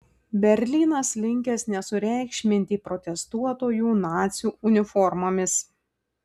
berlynas linkęs nesureikšminti protestuotojų nacių uniformomis